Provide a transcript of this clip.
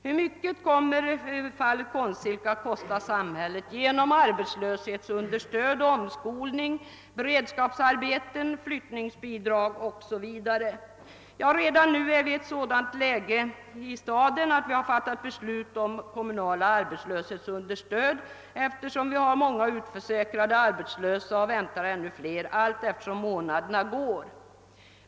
Hur mycket kommer fallet Konstsilke att kosta samhället genom arbetslöshetsunderstöd, omskolning, beredskapsarbeten och flyttningsbidrag? Redan nu är läget sådant, att Borås stad fattat beslut om kommunala arbetslöshetsunderstöd, eftersom vi har många utförsäkrade arbetslösa och väntar att få ännu fler allteftersom månaderna går.